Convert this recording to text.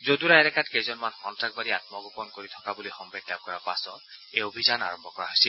যদূৰা এলেকাত কেইজনমান সন্তাসবাদী আমগোপন কৰি থকা বুলি সম্ভেদ লাভ কৰাৰ পাছত এই অভিযান আৰম্ভ কৰা হৈছিল